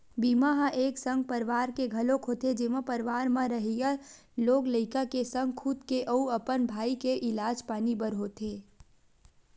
बीमा ह एक संग परवार के घलोक होथे जेमा परवार म रहइया लोग लइका के संग खुद के अउ अपन बाई के इलाज पानी बर होथे